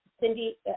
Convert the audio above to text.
Cindy